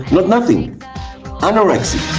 but nothing anorexia.